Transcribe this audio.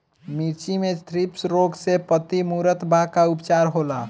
मिर्च मे थ्रिप्स रोग से पत्ती मूरत बा का उपचार होला?